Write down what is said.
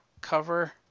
cover